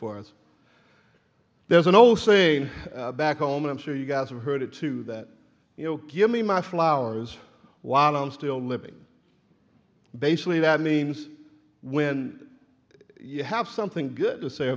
us there's an old saying back home i'm sure you guys have heard it too that you know give me my flowers while i'm still living basically that means when you have something good to say